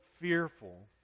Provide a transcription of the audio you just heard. fearful